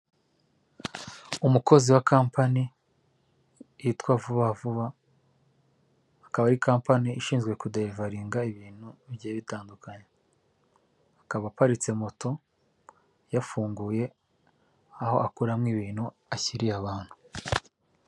Umukozi wa company yitwa Vuba vuba, akaba ari company ishinzwe kuderivaringa ibintu bigiye bitandukanye, akaba aparitse moto, yafunguye aho akuramo ibintu ashyiriye abantu.